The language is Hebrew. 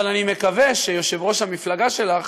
אבל אני מקווה שיושב-ראש המפלגה שלך,